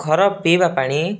ଖର ପିଇବା ପାଣି